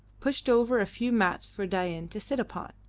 pushed over a few mats for dain to sit upon,